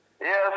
Yes